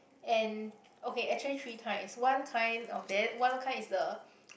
and okay actually three kinds one kind of that one kind is the